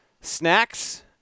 Snacks